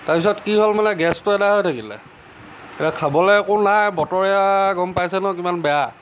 তাৰ পিছত কি হ'ল মানে গেছটো আদায় হৈ থাকিলে এতিয়া খাবলৈ একো নাই বতৰ এয়া গম পাইছেই নহয় কিমান বেয়া